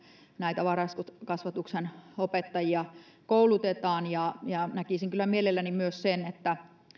näitä varhaiskasvatuksen opettajia koulutetaan näkisin kyllä mielelläni myös sen että